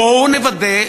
בואו נוודא,